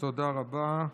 תודה רבה.